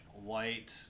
white